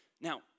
Now